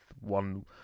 one